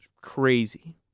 crazy